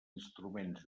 instruments